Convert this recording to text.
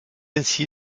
ainsi